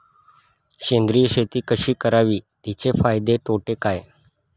सेंद्रिय शेती कशी करावी? तिचे फायदे तोटे काय?